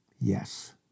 yes